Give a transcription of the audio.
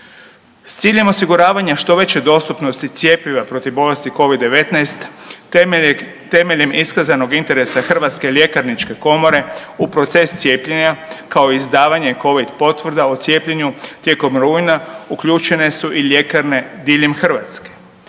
S ciljem osiguravanja što veće dostupnosti cjepiva protiv bolesti Covid-19 temeljem iskazanog interesa Hrvatske ljekarničke komore u proces cijepljenja, kao i izdavanja Covid potvrda o cijepljenju tijekom rujna uključene su i ljekarne diljem Hrvatske.